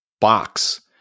box